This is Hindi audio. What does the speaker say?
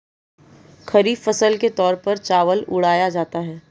खरीफ फसल के तौर पर चावल उड़ाया जाता है